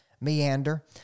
meander